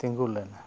ᱛᱤᱸᱜᱩ ᱞᱮᱱ